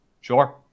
sure